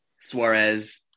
Suarez